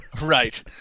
Right